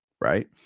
Right